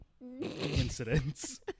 incidents